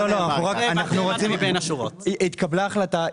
התקבלה החלטה.